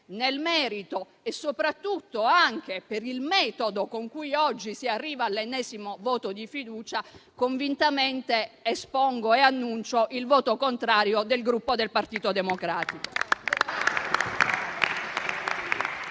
nel merito e soprattutto anche per il metodo con cui oggi si arriva all’ennesimo voto di fiducia, convintamente espongo e annuncio il voto contrario del Gruppo Partito Democratico.